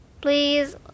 Please